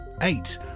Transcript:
Eight